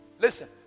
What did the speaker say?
Listen